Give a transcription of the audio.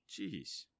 Jeez